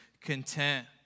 content